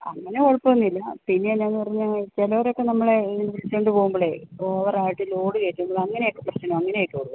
അങ്ങനെ കുഴപ്പൊന്നുമില്ല പിന്നെ എന്നാ എന്നു പറഞ്ഞു കഴിഞ്ഞാൽ ചിലരൊക്കെ നമ്മളെ വിളിച്ചു കൊണ്ട് പോകുമ്പോൾ ഓവറായിട്ട് ലോഡ് കയറ്റും അങ്ങനെ ഒക്കെ പ്രശ്നങ്ങൾ അങ്ങനെ ഒക്കെയുള്ളൂ